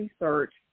research